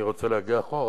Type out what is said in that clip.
אני רוצה להגיע אחורה.